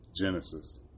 Genesis